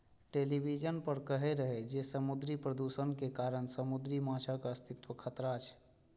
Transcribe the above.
television पर कहै रहै जे समुद्री प्रदूषण के कारण समुद्री माछक अस्तित्व पर खतरा छै